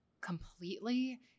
completely